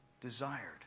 desired